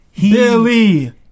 Billy